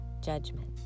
judgment